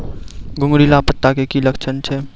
घुंगरीला पत्ता के की लक्छण छै?